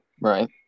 right